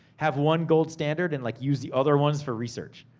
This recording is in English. have one gold standard, and like use the other ones for research.